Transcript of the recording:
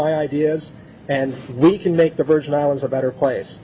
my ideas and we can make the virgin islands a better place